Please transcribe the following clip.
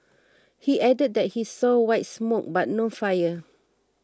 he added that he saw white smoke but no fire